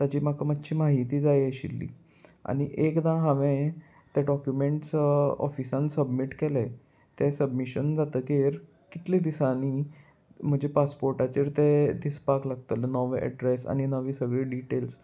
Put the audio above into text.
ताची म्हाका मात्शी म्हायती जाय आशिल्ली आनी एकदां हांवें ते डॉक्युमेंट्स ऑफिसान सबमीट केले तें सबमिशन जातकीर कितले दिसांनी म्हज्या पासपोर्टाचेर तें दिसपाक लागतले नवे एड्रेस आनी नवी सगळी डिटेल्स